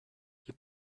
you